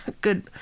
good